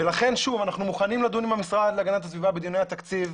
ולכן שוב אנחנו מוכנים לדון עם המשרד להגנת הסביבה בדיוני התקציב.